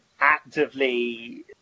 actively